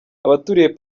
abaturiye